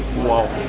whoa.